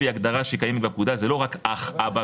ואני אומר יותר מזה: הדוגמה של אדוני בדיוק מחדדת למה